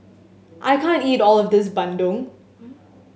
I can't eat all of this bandung